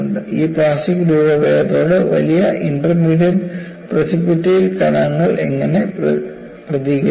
ഈ പ്ലാസ്റ്റിക് രൂപഭേദത്തോട് വലിയ ഇന്റർമീഡിയറ്റ് പ്രിസിപൈറ്റ് കണികകൾ എങ്ങനെ പ്രതികരിക്കും